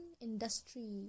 industry